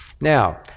now